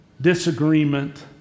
disagreement